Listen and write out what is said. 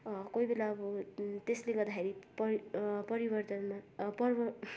कोही बेला अब त्यसले गर्दाखेरि प परिवर्तनमा पर्वर